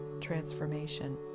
transformation